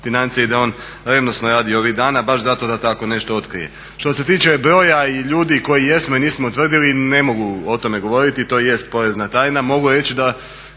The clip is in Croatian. financija i da on revnosno radi ovih dana baš zato da tako nešto otkrije. Što se tiče broja i ljudi koji jesmo i nismo utvrdili ne mogu o tome govoriti i to jest porezna tajna.